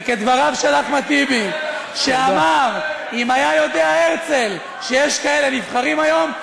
וכדבריו של אחמד טיבי שאמר: אם היה יודע הרצל שיש כאלה נבחרים היום,